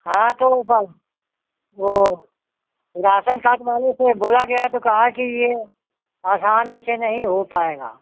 हाँ तो ऊपल वो राशन कार्ड वाले से बोला गया तो कहा कि ये आसानी से नहीं हो पाएगा